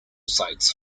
sites